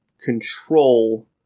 control